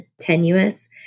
tenuous